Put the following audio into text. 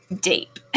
deep